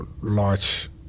large